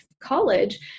college